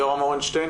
יורם ארנשטיין